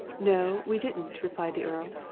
no, we didn't, replied the earl.